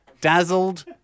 dazzled